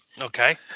okay